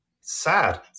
sad